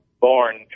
born